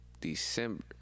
December